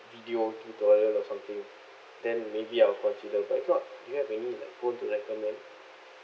video tutorial or something then maybe I will consider but if not do you have any like phone to recommend